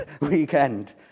weekend